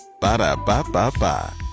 Ba-da-ba-ba-ba